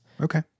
Okay